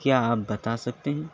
کیا آپ بتا سکتے ہیں